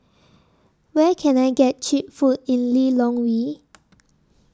Where Can I get Cheap Food in Lilongwe